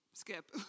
Skip